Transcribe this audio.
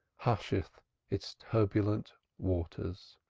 husheth its turbulent waters.